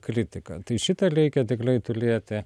kritika tai šitą reikia tiklai tulėti